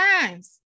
times